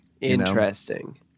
Interesting